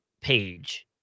page